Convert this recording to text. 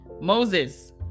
Moses